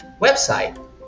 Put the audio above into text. website